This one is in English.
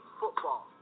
football